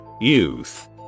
youth